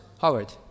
Howard